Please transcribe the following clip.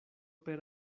per